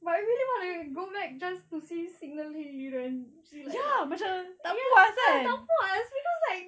but I really want to go back just to see signal hill see like ah tak puas cause like